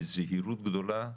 בזהירות גדולה,